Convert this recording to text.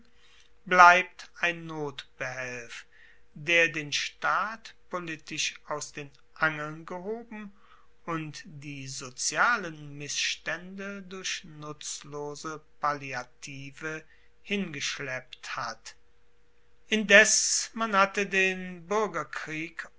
bleibt ein notbehelf der den staat politisch aus den angeln gehoben und die sozialen missstaende durch nutzlose palliative hingeschleppt hat indes man hatte den buergerkrieg